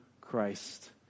Christ